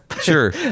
Sure